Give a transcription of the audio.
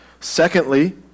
Secondly